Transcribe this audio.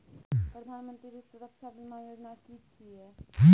प्रधानमंत्री सुरक्षा बीमा योजना कि छिए?